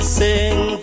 sing